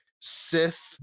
Sith